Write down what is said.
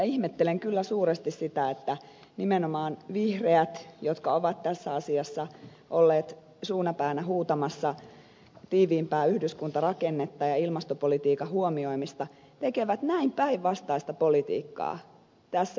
ihmettelen kyllä suuresti sitä että nimenomaan vihreät jotka ovat tässä asiassa olleet suuna päänä huutamassa tiiviimpää yhdyskuntarakennetta ja ilmastopolitiikan huomioimista tekevät näin päinvastaista politiikkaa tässä yhdessä asiassa